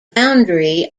boundary